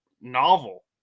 novel